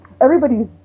everybody's